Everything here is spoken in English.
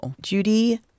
Judy